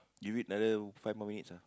you wait another five more minutes ah